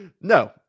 no